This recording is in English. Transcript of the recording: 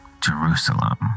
Jerusalem